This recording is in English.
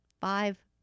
five